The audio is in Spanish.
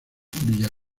villa